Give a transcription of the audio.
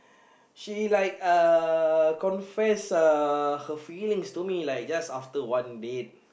she like uh confess uh her feelings to me like just after one date